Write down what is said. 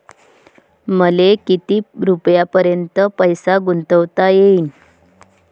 मले किती रुपयापर्यंत पैसा गुंतवता येईन?